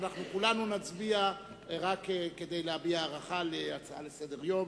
ואנחנו כולנו נצביע רק כדי להביע הערכה להצעה לסדר-היום.